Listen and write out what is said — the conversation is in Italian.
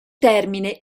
termine